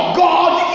god